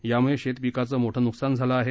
याम्ळे शेतपीकांचं मोठं नुकसान झालं आहे